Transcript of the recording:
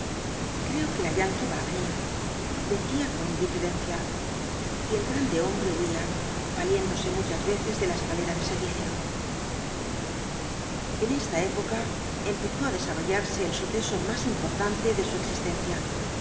creo que la yanqui va á venir decía con indiferencia y el grande hombre huía valiéndose muchas veces de la escalera de servicio en esta época empezó á desarrollarse el suceso más importante de su existencia